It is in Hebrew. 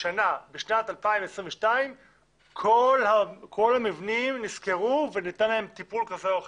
בשנת 2022 כל המבנים נסקרו וניתן להם טיפול כזה או אחר.